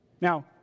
Now